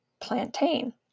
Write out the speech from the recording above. plantain